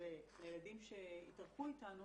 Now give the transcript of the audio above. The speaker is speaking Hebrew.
ולילדים שהתארחו איתנו